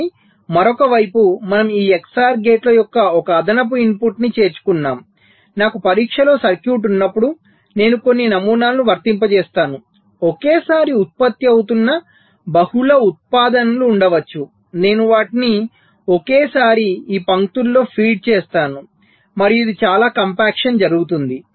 కానీ మరొక వైపు మనము ఈ XOR గేట్ల యొక్క ఒక అదనపు ఇన్పుట్ను చేర్చుకున్నాము నాకు పరీక్షలో సర్క్యూట్ ఉన్నప్పుడు నేను కొన్ని నమూనాలను వర్తింపజేస్తున్నాను ఒకేసారి ఉత్పత్తి అవుతున్న బహుళ ఉత్పాదనలు ఉండవచ్చు నేను వాటిని ఒకేసారి ఈ పంక్తులలో ఫీడ్ చేస్తాను మరియు ఇది ఇలా కంప్యాక్షన్ జరుగుతుంది